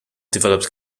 developed